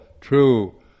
true